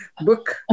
book